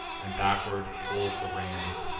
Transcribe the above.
and backward pulls the reins.